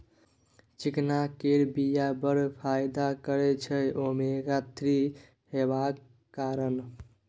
चिकना केर बीया बड़ फाइदा करय छै ओमेगा थ्री हेबाक कारणेँ